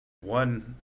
one